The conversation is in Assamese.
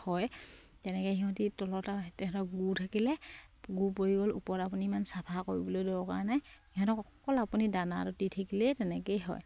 হয় তেনেকে সিহঁতি তলত সিহঁতৰ গু থাকিলে গু পৰি গ'ল ওপৰত আপুনি ইমান চাফা কৰিবলৈ দৰকাৰ নাই সিহঁতক অকল আপুনি দানা ৰুটি দি থাকিলে তেনেকেই হয়